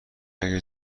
اگه